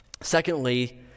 Secondly